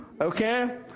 Okay